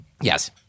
Yes